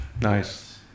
nice